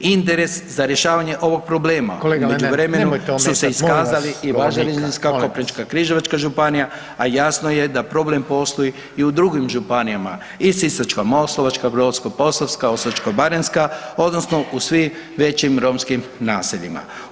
Interes za rješavanje ovog problema, [[Upadica Reiner: Kolega Lenart, nemojte ometat, molim vas, kolegu Veljka, molim vas.]] u međuvremenu su se iskazali i Varaždinska, Koprivničko-križevačka županija a jasno je da problem postoji i u drugim županijama, i Sisačko-moslavačka, Brodsko-posavska, Osječko-baranjska, odnosno u svim većim romskim naseljima.